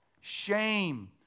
shame